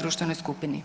društvenoj skupini.